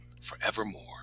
forevermore